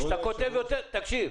כבוד היושב-ראש --- תקשיב.